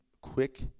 quick